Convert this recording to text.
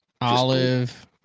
olive